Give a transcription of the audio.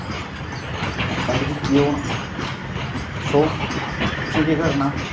कल गी केह् होना सौ तुसें केह् करना